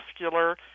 muscular